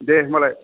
दे होनबालाय